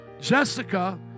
Jessica